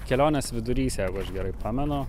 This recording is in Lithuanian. kelionės vidurys jeigu aš gerai pamenu